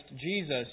Jesus